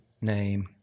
name